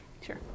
Sure